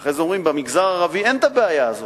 ואחרי זה אומרים: במגזר הערבי אין הבעיה הזאת.